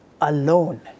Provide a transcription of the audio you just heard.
alone